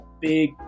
big